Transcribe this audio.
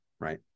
right